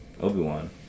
Obi-Wan